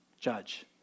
judge